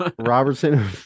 Robertson